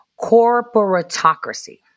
corporatocracy